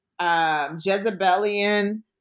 Jezebelian